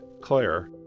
Claire